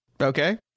Okay